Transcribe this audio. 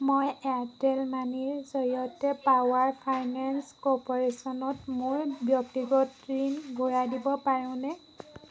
মই এয়াৰটেল মানিৰ জৰিয়তে পাৱাৰ ফাইনেন্স কৰ্প'ৰেশ্যনত মোৰ ব্যক্তিগত ঋণ ঘূৰাই দিব পাৰোঁনে